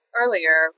earlier